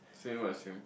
swim what swim